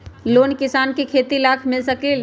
Loan किसान के खेती लाख मिल सकील?